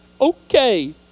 okay